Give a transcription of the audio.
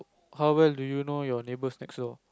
how well do you know your neighbours next door